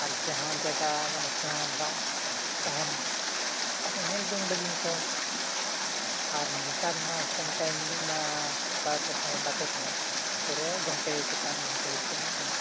ᱟᱨ ᱡᱟᱦᱟᱸ ᱡᱟᱭᱜᱟ ᱢᱟᱱᱮ ᱥᱮᱬᱟ ᱫᱷᱟᱨᱟ ᱛᱟᱦᱮᱱᱟ ᱢᱟᱱᱮ ᱧᱮᱞ ᱡᱚᱝ ᱞᱟᱹᱜᱤᱫ ᱛᱮᱦᱚᱸ ᱟᱨ ᱱᱮᱛᱟᱨ ᱢᱟ ᱠᱚᱢ ᱴᱟᱭᱤᱢ ᱮᱱᱮᱡ ᱢᱟ ᱵᱟᱭ ᱯᱚᱥᱚᱱᱫ ᱟᱠᱚ ᱠᱟᱱᱟ ᱯᱚᱨᱮ ᱜᱷᱚᱱᱴᱮ ᱪᱮᱛᱟᱱ ᱜᱷᱚᱱᱴᱮ ᱠᱚ ᱮᱱᱮᱡ ᱠᱟᱱᱟ